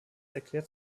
erklärt